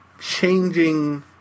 changing